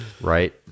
Right